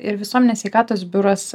ir visuomenės sveikatos biuras